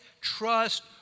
trust